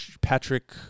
Patrick